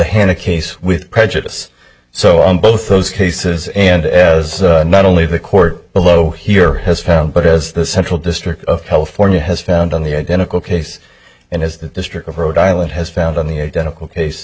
hand a case with prejudice so on both those cases and as not only the court below here has found but as the central district of california has found on the identical case and as the district of rhode island has found on the identical case